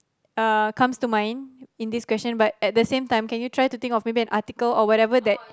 uh comes to mind in this question but at the same time can you try to think of maybe an article or whatever that